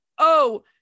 oh-